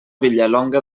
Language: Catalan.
vilallonga